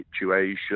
situation